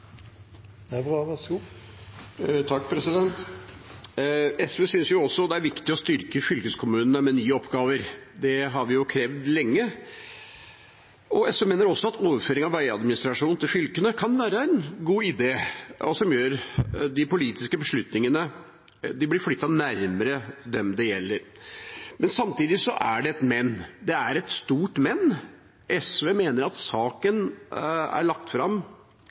viktig å styrke fylkeskommunene med nye oppgaver. Det har vi krevd lenge. SV mener også at overføring av veiadministrasjon til fylkene kan være en god idé som gjør at de politiske beslutningene blir flyttet nærmere dem det gjelder. Samtidig er det et «men», det er et stort «men». SV mener at både utredningen som har ligget til grunn for dette, og sjølve saken som er lagt fram,